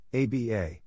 ABA